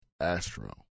Astro